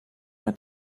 met